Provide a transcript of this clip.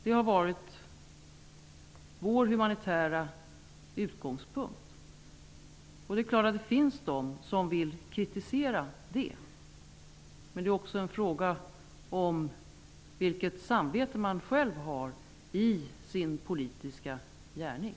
Det har varit vår humanitära utgångspunkt. Det är klart att det finns de som vill kritisera den, men det är också en fråga om vilket samvete man själv har i sin politiska gärning.